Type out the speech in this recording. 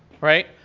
right